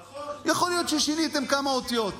נכון, יכול להיות ששיניתם כמה אותיות.